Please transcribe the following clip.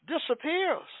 disappears